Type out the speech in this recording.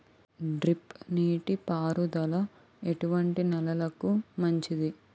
Drip నీటి పారుదల ఎటువంటి నెలలకు మంచిది?